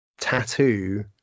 tattoo